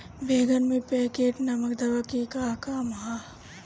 बैंगन में पॉकेट नामक दवा के का काम ह?